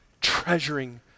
treasuring